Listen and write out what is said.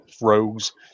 rogues